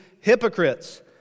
hypocrites